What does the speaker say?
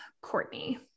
Courtney